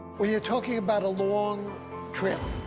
when you're talking about a long trip